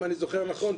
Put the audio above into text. אם אני זוכר נכון.